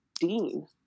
dean